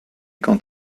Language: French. quant